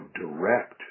direct